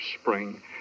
spring